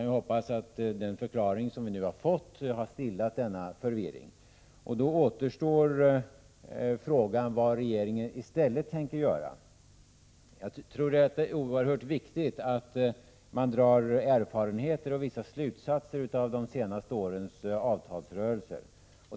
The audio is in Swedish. Vi kan hoppas att den förklaring som vi nu har fått har stillat denna förvirring. Då återstår frågan vad regeringen i stället tänker göra. Jag tror att det är oerhört viktigt att dra erfarenheter och vissa slutsatser av de senaste årens avtalsrörelser.